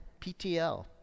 PTL